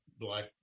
black